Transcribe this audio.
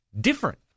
different